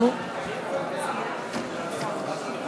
יוסי יונה